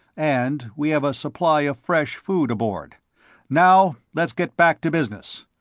and we have a supply of fresh food aboard now let's get back to business.